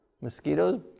Mosquitoes